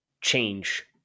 change